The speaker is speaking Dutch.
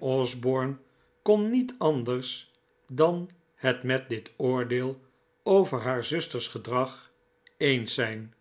osborne kon niet anders dan het met dit oordeel over haar zusters gedrag eens zijn